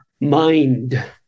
mind